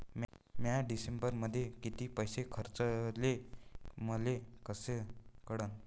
म्या डिसेंबरमध्ये कितीक पैसे खर्चले मले कस कळन?